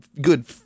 good